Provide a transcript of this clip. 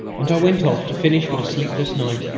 and i went off to finish my sleepless night,